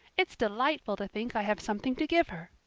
it's delightful to think i have something to give her.